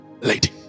lady